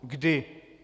Kdy?